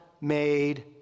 made